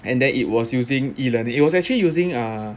and then it was using e-learning it was actually using err